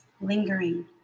Lingering